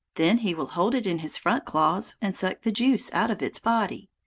then he will hold it in his front claws, and suck the juice out of its body.